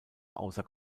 außer